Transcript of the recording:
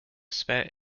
spent